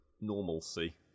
normalcy